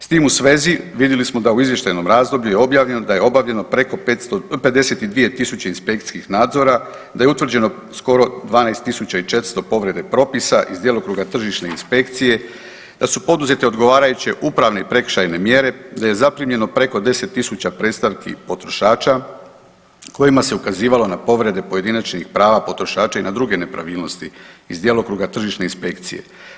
S tim u svezi vidjeli smo da u izvještajnom razdoblju je objavljeno da je obavljeno preko 52 tisuće inspekcijskih nadzora, da je utvrđeno skoro 12 400 povrede propisa iz djelokruga tržišne inspekcije, da su poduzete odgovarajuće upravne i prekršajne mjere, da je zaprimljeno preko 10 tisuća predstavki potrošača kojima se ukazivalo na povrede pojedinačnih prava potrošača i na druge nepravilnosti iz djelokruga tržišne inspekcije.